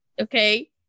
Okay